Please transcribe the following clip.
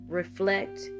reflect